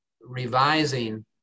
revising